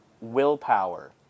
willpower